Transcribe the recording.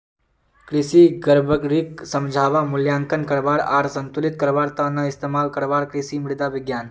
कृषि गड़बड़ीक समझवा, मूल्यांकन करवा आर संतुलित करवार त न इस्तमाल करवार कृषि मृदा विज्ञान